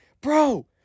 Bro